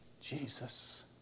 Jesus